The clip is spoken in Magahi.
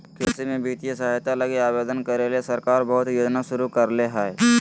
कृषि में वित्तीय सहायता लगी आवेदन करे ले सरकार बहुत योजना शुरू करले हइ